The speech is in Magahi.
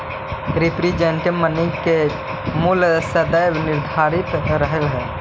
रिप्रेजेंटेटिव मनी के मूल्य सदैव निर्धारित रहऽ हई